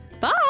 Bye